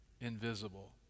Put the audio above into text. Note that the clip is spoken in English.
invisible